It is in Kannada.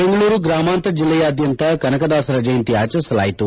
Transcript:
ಬೆಂಗಳೂರು ಗ್ರಾಮಾಂತರ ಜಿಲ್ಲೆಯಾದ್ಯಂತ ಕನಕದಾಸರ ಜಯಂತಿ ಆಚರಿಸಲಾಯಿತು